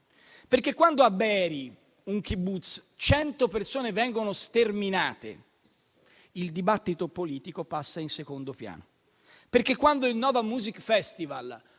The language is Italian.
perché quando a Be'eri, un *kibbutz*, cento persone vengono sterminate, il dibattito politico passa in secondo piano; perché quando al Nova Music Festival